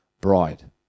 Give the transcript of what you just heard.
bride